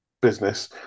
business